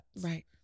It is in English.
right